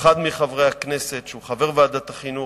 אחד מחברי הכנסת שהוא חבר ועדת החינוך,